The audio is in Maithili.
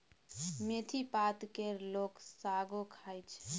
मेथी पात केर लोक सागो खाइ छै